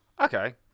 okay